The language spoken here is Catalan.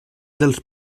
dels